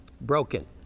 Broken